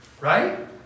right